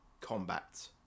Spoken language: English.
combat